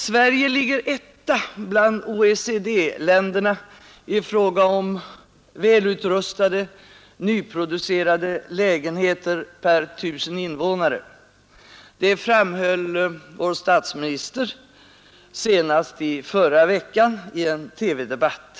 Sverige ligger etta bland OECD-länderna i fråga om antalet välutrustade, nyproducerade lägenheter per tusen invånare. Detta framhöll vår statsminister senast i förra veckan i en TV-debatt.